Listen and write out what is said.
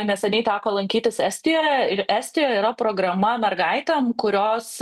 neseniai teko lankytis estijoje ir estijoje yra programa mergaitėm kurios